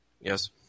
Yes